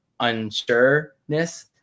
unsureness